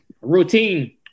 Routine